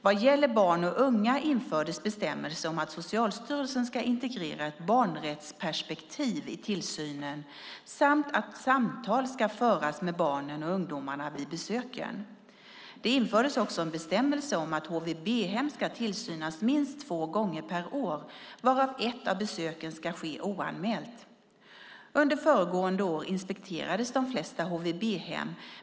Vad gäller barn och unga infördes bestämmelser om att Socialstyrelsen ska integrera ett barnrättsperspektiv i tillsynen samt att samtal ska föras med barnen och ungdomarna vid besöken. Det infördes också en bestämmelse om att HVB-hem ska tillsynas minst två gånger per år, varvid ett av besöken ska ske oanmält. Under föregående år inspekterades de flesta HVB-hem.